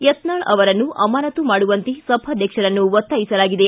ಯತ್ನಾಲ್ ಅವರನ್ನು ಅಮಾನತ್ತು ಮಾಡುವಂತೆ ಸಭಾಧ್ವಕ್ಷರನ್ನು ಒತ್ತಾಯಿಸಲಾಗಿದೆ